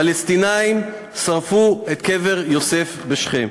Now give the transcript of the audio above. פלסטינים שרפו את קבר יוסף בשכם.